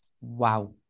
wow